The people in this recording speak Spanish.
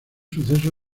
suceso